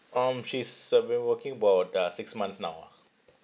um she's uh been working about uh six months now ah